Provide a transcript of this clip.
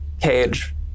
cage